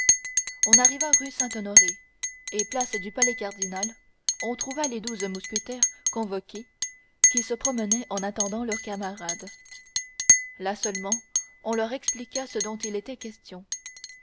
on arriva rue saint-honoré et place du palais cardinal on trouva les douze mousquetaires convoqués qui se promenaient en attendant leurs camarades là seulement on leur expliqua ce dont il était question